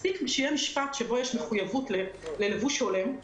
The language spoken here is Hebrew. אולי מספיק שיהיה משפט שבו יש מחויבויות ללבוש הולם,